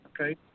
okay